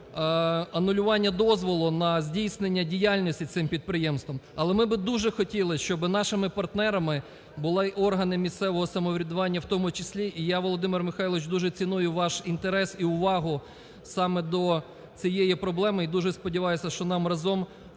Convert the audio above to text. анулювання дозволу на здійснення діяльності цим підприємством. Але ми би дуже хотіли, щоб нашими партнерами були органи місцевого самоврядування, в тому числі і я, Володимир Михайлович, дуже ціную ваш інтерес і увагу саме до цієї проблеми, і дуже сподіваюся, що нам разом